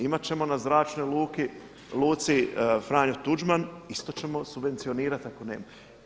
Imati ćemo na zračnoj luci Franjo tuđman, isto ćemo subvencionirati ako nema.